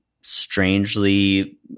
strangely